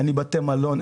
אין בתי מלון,